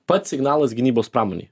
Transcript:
pats signalas gynybos pramonei